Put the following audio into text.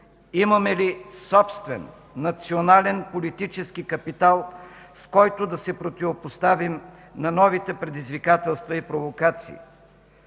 Имаме ли собствен национален политически капитал, с който да се противопоставим на новите предизвикателства и провокации?